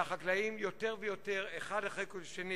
והחקלאים, יותר ויותר, בזה אחר זה,